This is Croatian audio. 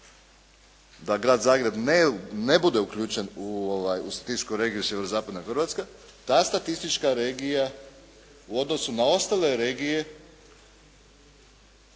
da grad Zagreb ne bude uključen u statističku regije Sjeverozapadne Hrvatske, ta statistička regija u odnosu na ostale regije